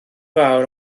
fawr